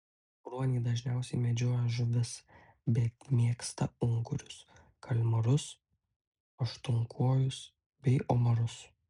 ruoniai dažniausiai medžioja žuvis bet mėgsta ungurius kalmarus aštuonkojus bei omarus